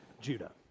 Judah